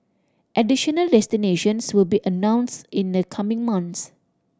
additional destinations will be announced in the coming months